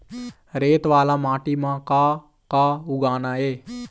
रेत वाला माटी म का का उगाना ये?